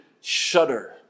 shudder